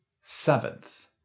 Seventh